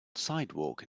sidewalk